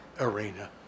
arena